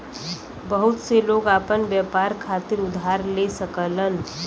बहुत से लोग आपन व्यापार खातिर उधार ले सकलन